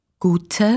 Gute